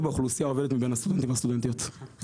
באוכלוסייה העובדת מבין הסטודנטים והסטודנטיות.